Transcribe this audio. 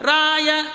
Raya